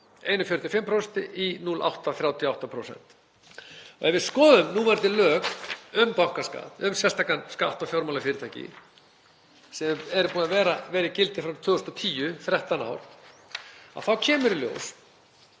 0,145% í 0,838%. Ef við skoðum núverandi lög um bankaskatt, um sérstakan skatt á fjármálafyrirtæki, sem eru búin að vera í gildi frá 2010, í 13 ár, þá kemur í ljós